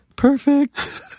Perfect